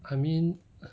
I mean